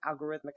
algorithmic